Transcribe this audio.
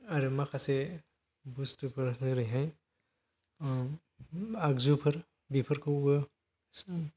आरो माखासे बसथुफोर जेरैहाय आगजुफोर बेफोरखौबो